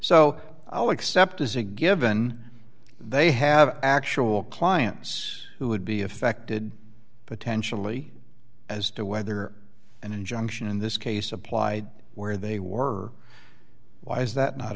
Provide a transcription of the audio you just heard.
so i'll accept as a given they have actual clients who would be affected potentially as to whether an injunction in this case apply where they were why is that not